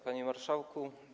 Panie Marszałku!